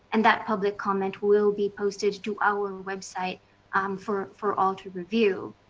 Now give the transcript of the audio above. and that public comment will be posted to our website um for for all to review.